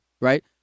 Right